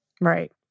Right